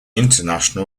international